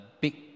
big